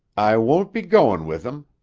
i won't be goin' with him.